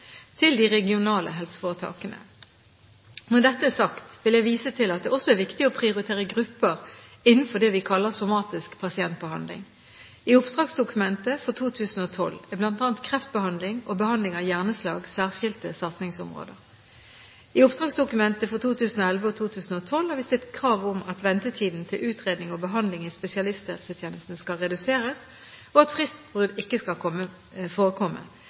til de regionale helseforetakene. Når dette er sagt, vil jeg vise til at det også er viktig å prioritere grupper innenfor det vi kaller somatisk pasientbehandling. I oppdragsdokumentet for 2012 er bl.a. kreftbehandling og behandling av hjerneslag særskilte satsingsområder. I oppdragsdokumentet for 2011 og 2012 har vi stilt krav om at ventetiden til utredning og behandling i spesialisthelsetjenesten skal reduseres, og at fristbrudd ikke skal forekomme.